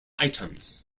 items